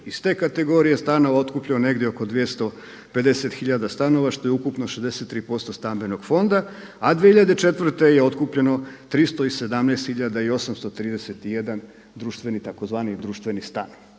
iz te kategorije stanova otkupljeno negdje oko 250 tisuća stanova što je ukupno 63% stambenog fonda, a 2004. je otkupljeno 317.831 tzv. društveni stan.